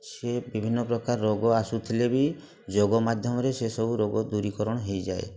ସିଏ ବିଭିନ୍ନ ପ୍ରକାର ରୋଗ ଆସୁଥିଲେ ବି ଯୋଗ ମାଧ୍ୟମରେ ସେ ସବୁ ରୋଗ ଦୂରୀକରଣ ହେଇଯାଏ